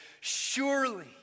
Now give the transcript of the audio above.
Surely